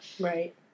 right